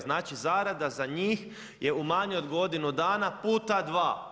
Znači zarada za njih je u manje od godinu dana puta dva.